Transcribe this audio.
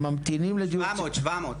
וממתינים לדירות --- 700 בירושלים.